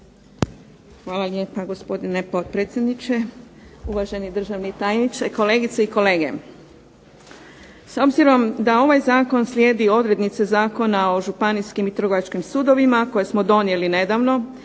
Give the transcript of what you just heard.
Hvala lijepa gospodine potpredsjedniče. Uvaženi državni tajniče, kolegice i kolege. S obzirom da ovaj zakon slijedi odrednice Zakona o županijskim i trgovačkim sudovima koje smo donijeli nedavno,